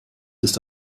ist